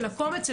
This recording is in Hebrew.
של הקומץ,